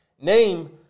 Name